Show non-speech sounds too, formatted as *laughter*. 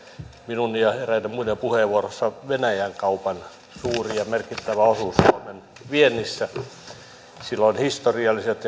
minun ja eräiden muiden puheenvuoroissa venäjän kaupan suuri ja merkittävä osuus suomen viennissä sillä on historialliset *unintelligible*